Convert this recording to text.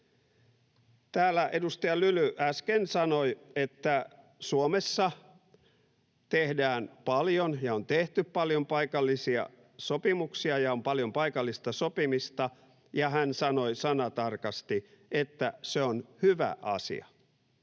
Täällä edustaja Lyly äsken sanoi, että Suomessa tehdään paljon ja on tehty paljon paikallisia sopimuksia ja on paljon paikallista sopimista, ja hän sanoi sanatarkasti, että se on hyvä asia.